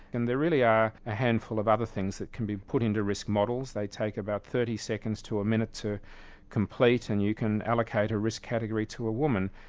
and there really are a handful of other things that can be put into risk models. they take about thirty seconds to a minute to complete and you can allocate a risk category to a woman.